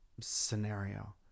scenario